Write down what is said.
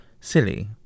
silly